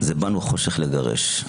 זה באנו חושך לגרש.